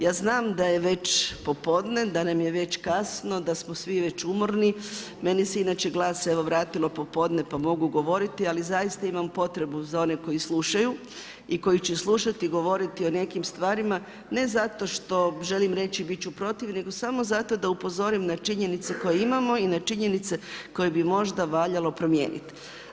Ja znam da je već popodne, da nam je već kasno, da smo svi već umorni, meni se inače glas evo vratio popodne pa mogu govoriti, ali zaista imam potrebu za one koji slušaju i koji će slušati govoriti o nekim stvarima ne zato što želim reći biti ću protiv nego samo zato da upozorim na činjenice koje imamo i na činjenice koje bi možda valjalo promijeniti.